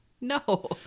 No